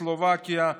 סלובקיה,